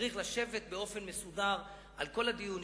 צריך לשבת באופן מסודר על כל הדיונים.